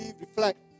reflect